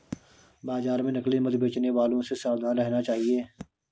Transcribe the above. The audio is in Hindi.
बाजार में नकली मधु बेचने वालों से सावधान रहना चाहिए